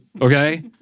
okay